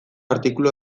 artikulu